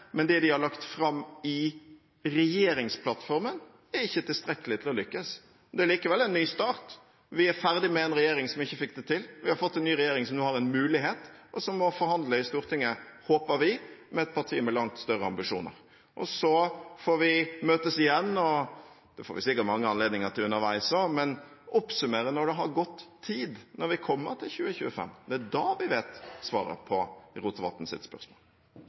men det de har lagt fram i regjeringsplattformen, er ikke tilstrekkelig til å lykkes. Det er likevel en ny start. Vi er ferdig med en regjering som ikke fikk det til. Vi har fått en ny regjering som nå har en mulighet, og som må forhandle i Stortinget – håper vi – med et parti med langt større ambisjoner. Så får vi møtes igjen – vi får sikkert mange anledninger til det underveis også – og oppsummere når det har gått tid, når vi kommer til 2025. Det er da vi vet svaret på Rotevatns spørsmål.